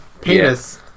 Penis